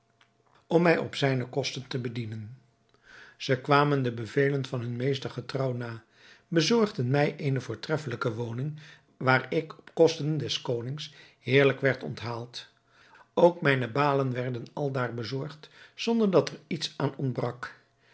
om mij op zijne kosten te bedienen zij kwamen de bevelen van hun meester getrouw na bezorgden mij eene voortreffelijke woning waar ik op kosten des konings heerlijk werd onthaald ook mijne balen werden aldaar bezorgd zonder dat er iets aan ontbrak